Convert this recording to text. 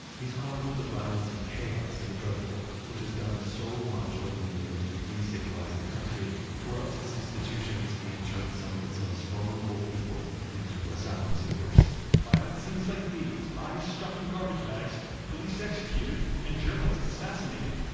he's chronicled the violence and chaos of the drug war, which has done so much over the years to destabilize the country, corrupt its institutions, and turn some of its most vulnerable people into asylum seekers violent scenes like these, bodies stuffed in garbage bags, police executed, and journalists assassinated,